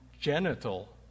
genital